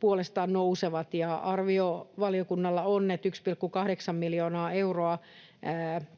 puolestaan nousevat. Arvio valiokunnalla on, että 1,8 miljoonaa euroa